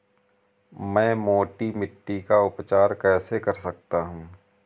मैं मोटी मिट्टी का उपचार कैसे कर सकता हूँ?